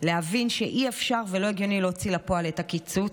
להבין שאי-אפשר ולא הגיוני להוציא לפועל את הקיצוץ.